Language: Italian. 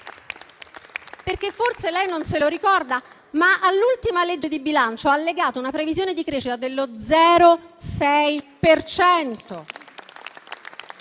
Forse lei non lo ricorda, ma all'ultima legge di bilancio ha allegato una previsione di crescita dello 0,6